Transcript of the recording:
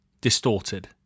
Distorted